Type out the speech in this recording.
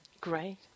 Great